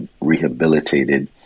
rehabilitated